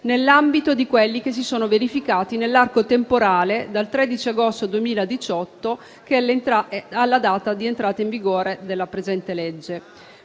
nell'ambito di quelli che si sono verificati nell'arco temporale dal 13 agosto 2018 alla data di entrata in vigore della presente legge,